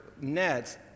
nets